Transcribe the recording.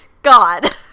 God